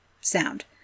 sound